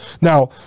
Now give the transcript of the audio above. Now